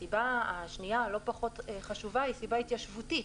הסיבה השנייה הלא פחות חשובה היא סיבה התיישבותית: